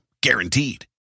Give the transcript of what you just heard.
Guaranteed